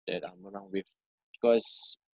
that I'm going out with cause